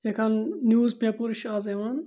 ہٮ۪کان newspapers چھِ آز یِوان